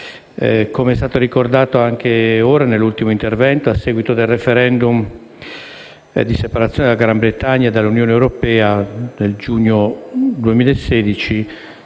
Come è stato ricordato anche nell'ultimo intervento, a seguito del *referendum* di separazione della Gran Bretagna dall'Unione europea nel giugno 2016,